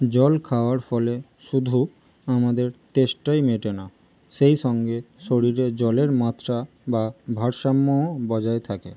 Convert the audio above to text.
জল খাওয়ার ফলে শুধু আমাদের তেষ্টাই মেটে না সেই সঙ্গে শরীরে জলের মাত্রা বা ভারসাম্যও বজায় থাকে